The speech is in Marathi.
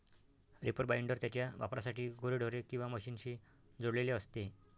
रीपर बाइंडर त्याच्या वापरासाठी गुरेढोरे किंवा मशीनशी जोडलेले असते